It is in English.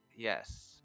Yes